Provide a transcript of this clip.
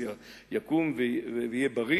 שיקום ויהיה בריא